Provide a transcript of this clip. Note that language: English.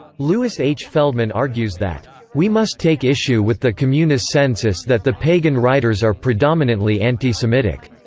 louis h. feldman argues that we must take issue with the communis sensus that the pagan writers are predominantly anti-semitic.